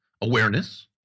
awareness